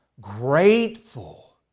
grateful